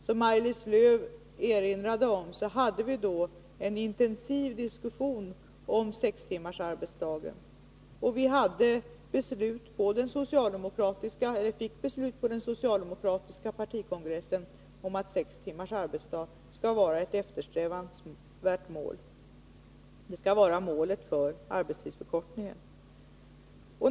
Som Maj-Lis Lööw erinrade om fördes det då en intensiv diskussion om sex timmars arbetsdag, och den socialdemokratiska partikongressen beslutade att sex timmars arbetsdag skall vara ett eftersträvansvärt mål — målet för arbetstidsförkortningen.